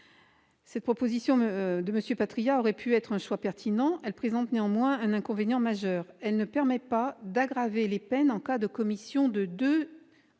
Cette proposition de M. Patriat aurait pu être un choix pertinent, mais elle présente un inconvénient majeur : elle ne permet pas d'aggraver les peines en cas de commission de deux